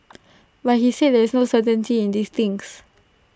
but he said there is no certainty in these things